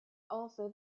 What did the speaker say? also